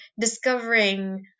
discovering